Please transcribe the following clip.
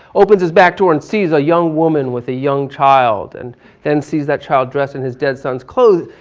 opens his back door and sees a young woman with a young child. and then sees that child dressed in his dead son's clothes,